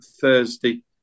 Thursday